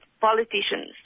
politicians